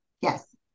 Yes